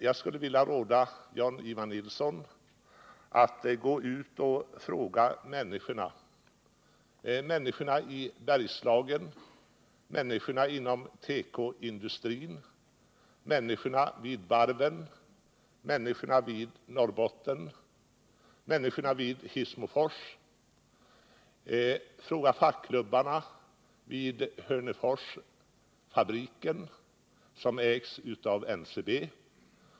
Jag skulle råda Jan-Ivan Nilsson att fråga människorna i Bergslagen, människorna inom tekoindustrin, människorna vid varven, människorna i Norrbotten och människorna vid Hissmofors. Fråga fackklubbarna vid Hörneforsfabriken, som ägs av NCB.